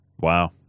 Wow